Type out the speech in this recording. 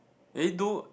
eh do